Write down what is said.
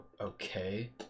Okay